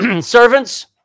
Servants